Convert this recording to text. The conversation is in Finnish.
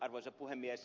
arvoisa puhemies